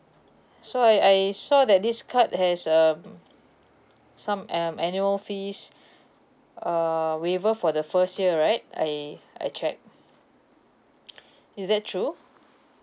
so I I saw that this card has um some um annual fees err waiver for the first year right I I check is that true